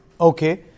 Okay